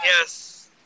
Yes